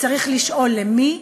וצריך לשאול, למי,